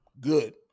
good